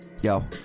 yo